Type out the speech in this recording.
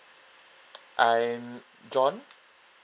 I am john